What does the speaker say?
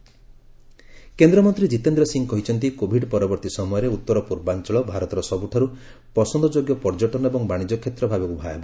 ଜିତେନ୍ଦ୍ର ସିଂହ କେନ୍ଦ୍ରମନ୍ତ୍ରୀ କିତେନ୍ଦ୍ର ସିଂହ କହିଛନ୍ତି କୋଭିଡ୍ ପରବର୍ତ୍ତୀ ସମୟରେ ଉତ୍ତର ପୂର୍ବାଞ୍ଚଳ ଭାରତର ସବୁଠାରୁ ପସନ୍ଦଯୋଗ୍ୟ ପର୍ଯ୍ୟଟନ ଏବଂ ବାଣିଜ୍ୟ କ୍ଷେତ୍ର ଭାବେ ଉଭା ହେବ